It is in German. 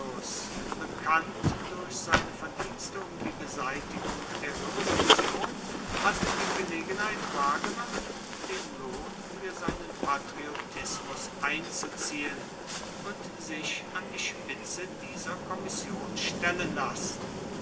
bekannt durch seine verdienste um die beseitigung der revolution hatte die gelegenheit wahrgenommen den lohn für seinen patriotismus einzuziehen und sich an die spitze dieser kommission stellen lassen